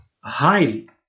highly